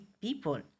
people